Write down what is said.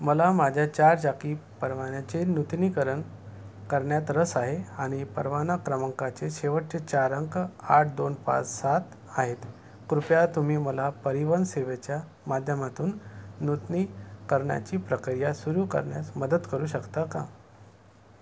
मला माझ्या चार चाकी परवान्याचे नूतनीकरण करण्यात रस आहे आणि परवाना क्रमांकाचे शेवटचे चार अंक आठ दोन पाच सात आहेत कृपया तुम्ही मला परिवहन सेवेच्या माध्यमातून नूतनीकरणाची प्रक्रिया सुरू करण्यात मदत करू शकता का